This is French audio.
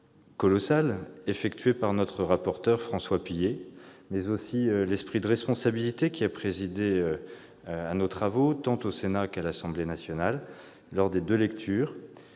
colossal effectué par notre rapporteur François Pillet, ainsi que l'esprit de responsabilité qui a présidé à nos travaux, tant au Sénat qu'à l'Assemblée nationale, lors des deux lectures.